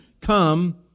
come